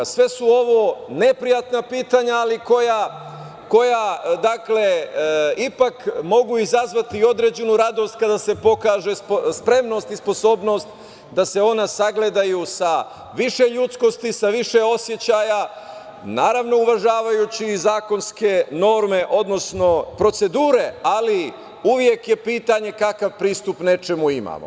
Sve su ovo neprijatna pitanja, ali koja ipak mogu izazvati određenu radost kada se pokaže spremnost i sposobnost da se ona sagledaju sa više ljudskosti, sa više osećaja, naravno, uvažavajući i zakonske norme, odnosno procedure, ali uvek je pitanje kakav pristup nečemu imamo.